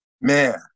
Man